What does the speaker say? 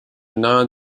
non